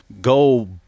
go